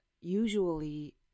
usually